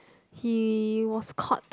he was caught